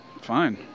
Fine